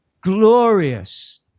glorious